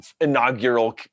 inaugural